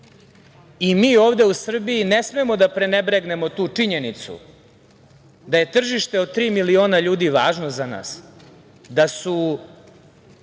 i mi ovde u Srbiji ne smemo da prenebregnemo tu činjenicu da je tržište od tri miliona ljudi važno za nas, da su